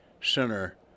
center